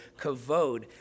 kavod